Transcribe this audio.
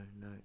no